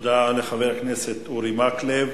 תודה לחבר הכנסת אורי מקלב.